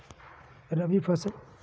रबी फसल कौन मौसम में बोई जाती है?